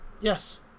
Yes